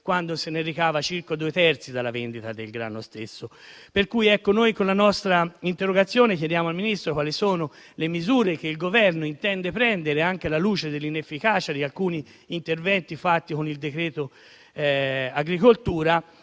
quando se ne ricavano circa i due terzi dalla vendita del grano stesso. Con la nostra interrogazione chiediamo al Ministro quali sono le misure che il Governo intende assumere, anche alla luce dell'inefficacia di alcuni interventi fatti con il decreto agricoltura,